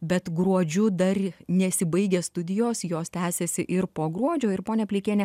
bet gruodžiu dar nesibaigia studijos jos tęsiasi ir po gruodžio ir ponia pleikiene